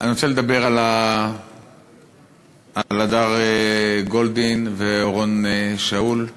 אני רוצה לדבר על הדר גולדין ואורון שאול.